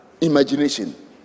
imagination